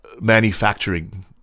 manufacturing